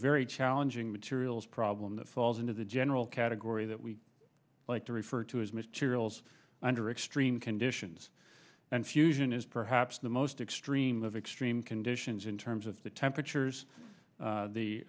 very challenging materials problem that falls into the general category that we like to refer to as materials under extreme conditions and fusion is perhaps the most extreme of extreme conditions in terms of the temperatures